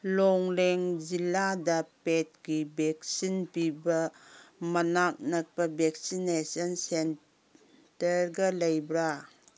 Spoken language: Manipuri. ꯂꯣꯡꯂꯦꯡ ꯖꯤꯂꯥꯗ ꯄꯦꯠꯀꯤ ꯕꯦꯛꯁꯤꯟ ꯄꯤꯕ ꯃꯅꯥꯛ ꯅꯛꯄ ꯕꯦꯛꯁꯤꯅꯦꯁꯟ ꯁꯦꯟꯇꯔꯒ ꯂꯩꯕ꯭ꯔꯥ